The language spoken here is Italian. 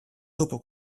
dopo